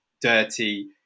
dirty